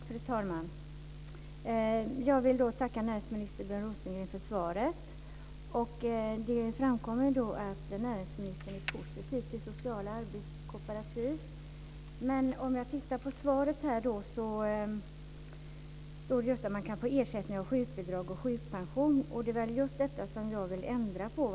Fru talman! Jag tackar näringsminister Björn Rosengren för svaret. Det framkommer att näringsministern är positiv till sociala arbetskooperativ. Men om jag tittar på svaret så ser jag att det står att man kan få ersättning genom sjukbidrag och sjukpension. Det är just det som jag vill ändra på.